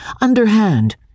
underhand